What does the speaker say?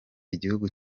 igihugu